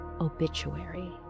obituary